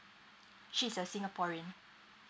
she's a singaporean